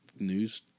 News